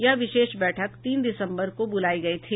यह विशेष बैठक तीन दिसम्बर को बुलाई गई थी